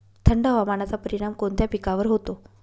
थंड हवामानाचा परिणाम कोणत्या पिकावर होतो?